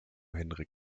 henrik